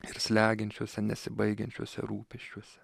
ir slegiančiuose nesibaigiančiuose rūpesčiuose